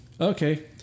Okay